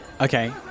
Okay